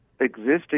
existing